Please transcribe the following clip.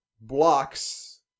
blocks